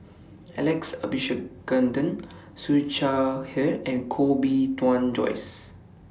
Alex Abisheganaden Siew Shaw Her and Koh Bee Tuan Joyce